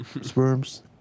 sperms